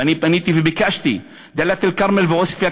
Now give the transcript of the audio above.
ואני ביקשתי וביקשתי: דאלית-אלכרמל ועוספיא,